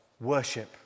worship